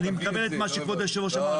אני מקבל את מה שכבוד יושב הראש אמר,